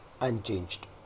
unchanged